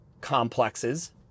complexes